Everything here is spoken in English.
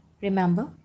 Remember